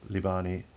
Libani